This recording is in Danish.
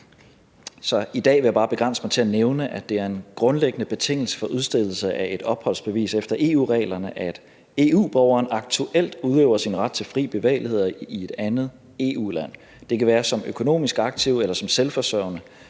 i dag vil jeg bare begrænse mig til at nævne, at det er en grundlæggende betingelse for udstedelse af et opholdsbevis efter EU-reglerne, at EU-borgeren aktuelt udøver sin ret til fri bevægelighed i et andet EU-land. Det kan være som økonomisk aktiv eller som selvforsørgende.